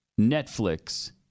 netflix